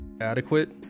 adequate